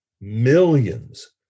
Millions